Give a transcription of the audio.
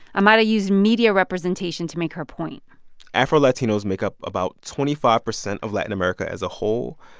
amara used media representation to make her point afro-latinos make up about twenty five percent of latin america as a whole.